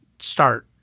start